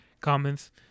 comments